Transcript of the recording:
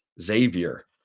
Xavier